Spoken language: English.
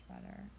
better